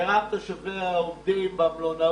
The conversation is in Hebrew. מירב תושבי העיר עובדים במלונאות,